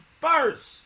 first